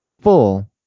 full